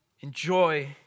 enjoy